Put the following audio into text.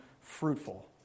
fruitful